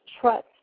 trust